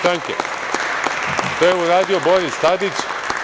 To je uradio Boris Tadić.